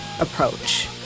approach